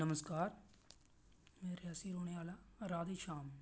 नमस्कार में रियासी दा रौंहने आहला राधेशाम